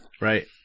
right